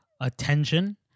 attention